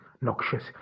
noxious